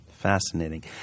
Fascinating